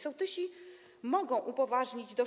Sołtysi mogą upoważnić do